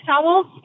towels